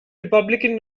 republican